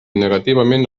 negativament